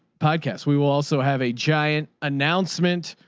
podcasts, we will also have a giant announcement,